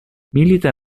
milita